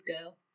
girl